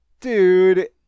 Dude